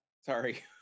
sorry